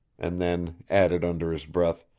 and then added under his breath,